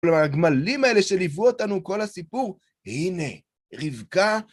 כלומר, הגמלים האלה שליוו אותנו כל הסיפור, הנה, רבקה...